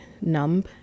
numb